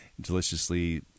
deliciously